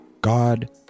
god